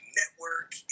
network